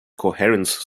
coherence